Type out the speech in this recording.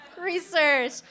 research